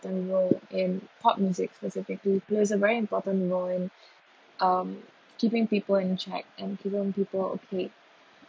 role in pop music specifically plays a very important role in um keeping people in check and keeping people okay